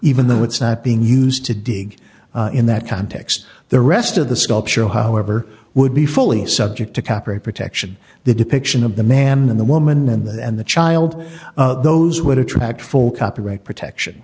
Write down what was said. even though it's not being used to dig in that context the rest of the sculpture however would be fully subject to copyright protection the depiction of the man in the woman and that and the child those would attract full copyright protection